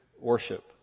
worship